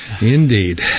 Indeed